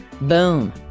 Boom